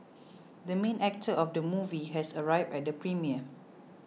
the main actor of the movie has arrived at the premiere